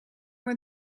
more